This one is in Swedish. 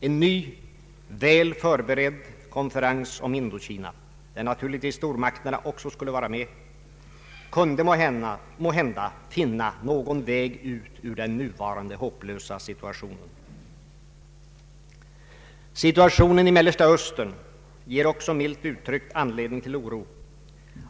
En ny, väl förberedd konferens om Indokina — där naturligtvis stormakterna också skulle vara med — skulle måhända kunna finna någon väg ut ur den nuvarande hopplösa situationen. Situationen i Mellersta Östern ger också milt uttryckt anledning till oro.